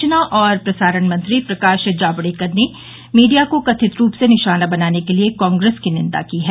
सुचना और प्रसारण मंत्री प्रकाश जावड़ेकर ने मीडिया को कथित रूप से निशाना बनाने के लिए कांग्रेस की निन्दा की है